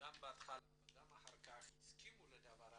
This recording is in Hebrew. גם בהתחלה וגם אחר כך הסכימו לדבר הזה.